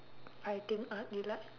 fighting art you like